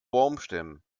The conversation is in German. baumstämmen